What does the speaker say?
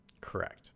Correct